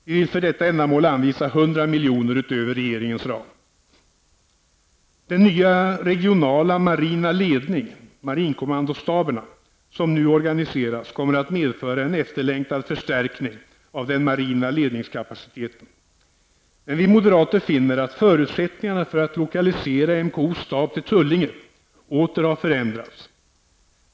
Vi vill för detta ändamål anvisa 100 miljoner utöver regeringens ram. marinkommandostaberna -- som nu organiseras kommer att medföra en efterlängtad förstärkning av den marina ledningskapaciteten, men vi moderater finner att förutsättningarna för att lokalisera MKOs stab till Tullinge åter har förändrats.